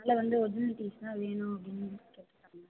அதனால் வந்து original TC தான் வேணும் அப்படின்னு கேட்டுருக்காங்க